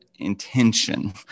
intention